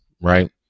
right